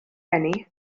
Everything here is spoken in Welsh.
eni